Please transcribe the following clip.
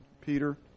peter